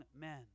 men